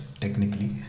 technically